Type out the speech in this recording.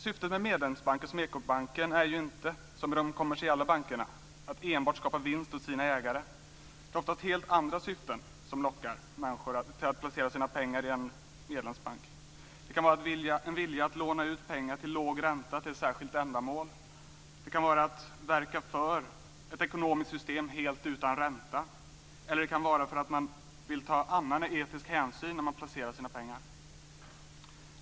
Syftet med medlemsbanker som Ekobanken är ju inte, som med de kommersiella bankerna, att enbart skapa vinst åt sina ägare. Det är oftast helt andra syften som lockar människor att placera sina pengar i en medlemsbank. Det kan vara en vilja att låna ut pengar till låg ränta till ett särskilt ändamål. Det kan vara att verka för ett ekonomiskt system helt utan ränta. Det kan vara att man vill ta annan etisk hänsyn när man placerar sina pengar.